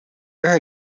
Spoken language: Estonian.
ühe